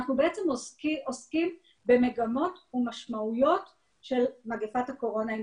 אנחנו בעצם עוסקים במגמות ומשמעויות של מגפת הקורונה.